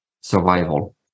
survival